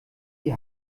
die